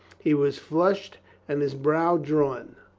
he was flushed and his brow drawn.